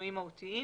שינויים מהותיים.